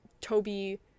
Toby